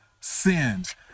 sins